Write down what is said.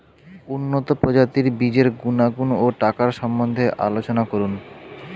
উন্নত প্রজাতির বীজের গুণাগুণ ও টাকার সম্বন্ধে আলোচনা করুন